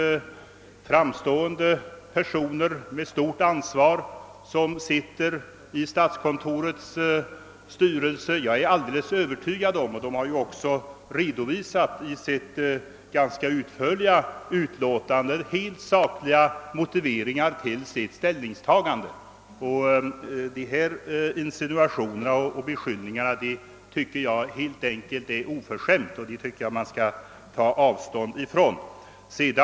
Det är framstående personer med stort ansvar som sitter i statskontorets styrelse, och de har i sitt ganska utförliga yttrande redovisat sakliga motiveringar till sitt ställningstagande. De insinuationer som nu gjorts anser jag vara upprörande, och jag tycker att man skall ta avstånd från dem.